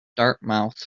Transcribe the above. dartmouth